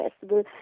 festival